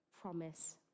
promise